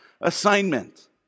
assignment